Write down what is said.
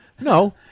No